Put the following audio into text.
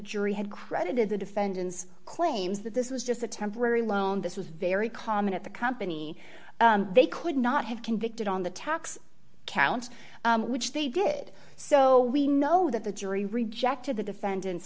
jury had credited the defendant's claims that this was just a temporary loan this was very common at the company they could not have convicted on the tax counts which they did so we know that the jury rejected the defendant's